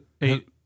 Eight